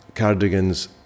cardigans